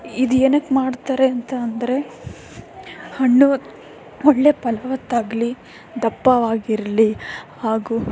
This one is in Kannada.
ಇದು ಏನಕ್ಕೆ ಮಾಡ್ತಾರೆ ಅಂತ ಅಂದರೆ ಹಣ್ಣು ಒಳ್ಳೆಯ ಫಲವತ್ತಾಗ್ಲಿ ದಪ್ಪವಾಗಿರಲಿ ಹಾಗೂ